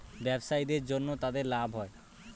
ব্যবসায়ীদের জন্য তাদের লাভ হয়